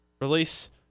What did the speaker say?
Release